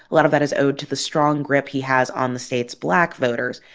a lot of that is owed to the strong grip he has on the state's black voters.